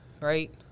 right